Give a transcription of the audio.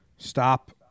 Stop